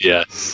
Yes